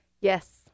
Yes